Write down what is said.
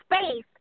space